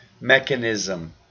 mechanism